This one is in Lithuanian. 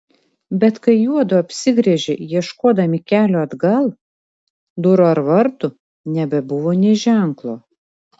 bet kai juodu apsigręžė ieškodami kelio atgal durų ar vartų nebebuvo nė ženklo